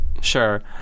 Sure